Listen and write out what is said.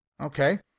Okay